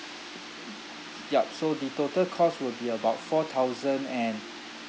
yup so the total cost will be about four thousand and